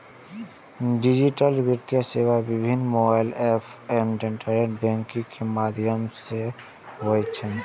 digital वित्तीय सेवा विभिन्न मोबाइल एप आ इंटरनेट बैंकिंग के माध्यम सं होइ छै